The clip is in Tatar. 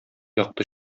якты